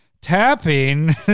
tapping